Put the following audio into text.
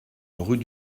rue